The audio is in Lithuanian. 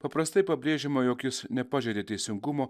paprastai pabrėžiama jog jis nepažeidė teisingumo